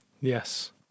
Yes